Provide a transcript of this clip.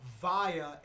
via